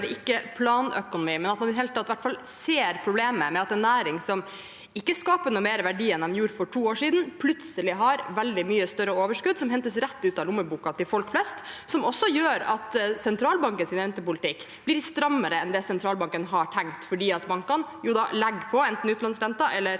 ikke planøkonomi, men at man i det hele tatt ser problemet med at en næring som ikke skaper noe mer verdier enn den gjorde for to år siden, plutselig har veldig mye større overskudd, som hentes rett ut av lommeboka til folk flest. Det gjør også at sentralbankens rentepolitikk blir strammere enn det sentralbanken har tenkt, fordi bankene da enten legger på utlånsrenten eller